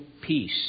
peace